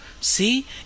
See